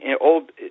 old